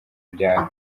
byaro